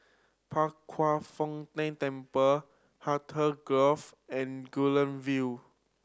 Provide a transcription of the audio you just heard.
Pao Kwan Foh Tang Temple Hartley Grove and Guilin View